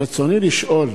רצוני לשאול,